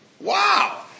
Wow